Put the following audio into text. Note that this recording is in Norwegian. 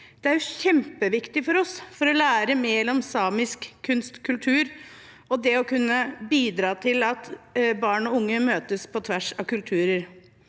Det er kjempeviktig for oss for å lære mer om samisk kunst og kultur og for å kunne bidra til at barn og unge møtes på tvers av kulturer.